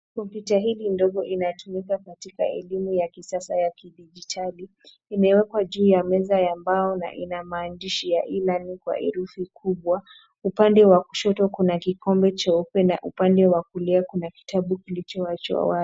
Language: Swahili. Kompyuta hili ndogo inatumika katika elimu ya kisasa ya kidigitali. Imewekwa juu ya meza ya mbao na ina maandishi ya e-learning kwa herufi kubwa. Upande wa kushoto kuna kikombe cheupe na upande wa kulia kuna kitabu kilichoachwa wazi.